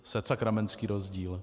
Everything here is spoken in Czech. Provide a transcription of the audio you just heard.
Setsakramentský rozdíl.